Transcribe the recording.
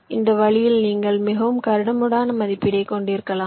எனவே இந்த வழியில் நீங்கள் மிகவும் கரடுமுரடான மதிப்பீட்டைக் கொண்டிருக்கலாம்